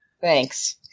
Thanks